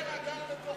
הגר הגר בתוכך,